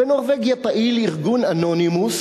בנורבגיה פעיל ארגון "אנונימוס",